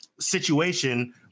situation